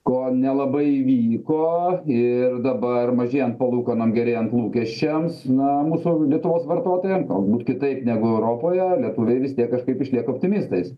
ko nelabai vyko ir dabar mažėjant palūkanom gerėjant lūkesčiams na mūsų lietuvos vartotojam galbūt kitaip negu europoje lietuviai vis tiek kažkaip išlieka optimistais